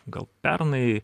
gal pernai